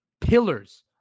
pillars